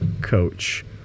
coach